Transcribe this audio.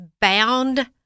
bound